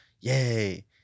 Yay